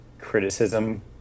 criticism